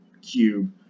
cube